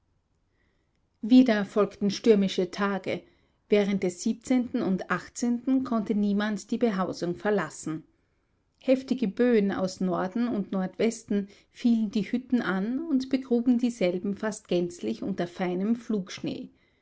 wieder folgten stürmische tage während des und konnte niemand die behausung verlassen heftige böen aus norden und nordwesten fielen die hütten an und begruben dieselben fast gänzlich unter feinem